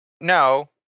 No